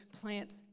plants